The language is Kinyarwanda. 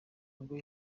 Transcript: ngo